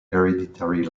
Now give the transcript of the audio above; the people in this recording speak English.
hereditary